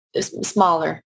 smaller